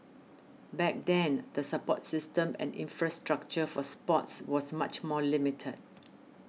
back then the support system and infrastructure for sports was much more limited